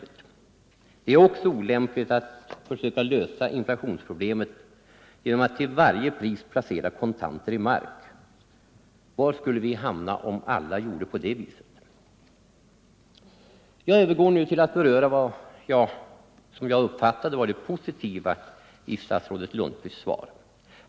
Det är också olämpligt att söka lösa inflationsproblemet genom att till varje pris placera kontanter i mark. Var skulle vi hamna om alla gjorde så? Jag övergår nu till att beröra vad jag uppfattade som det positiva i statsrådet Lundqvists svar.